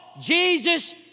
Jesus